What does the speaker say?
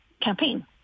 campaign